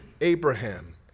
Abraham